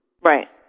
Right